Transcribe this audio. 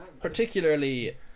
particularly